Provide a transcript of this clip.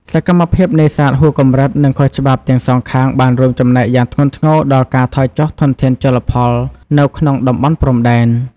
សកម្មភាពនេសាទហួសកម្រិត និងខុសច្បាប់ទាំងសងខាងបានរួមចំណែកយ៉ាងធ្ងន់ធ្ងរដល់ការថយចុះធនធានជលផលនៅក្នុងតំបន់ព្រំដែន ។